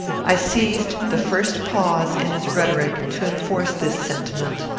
i seized the first pause in his rhetoric to enforce this sentiment.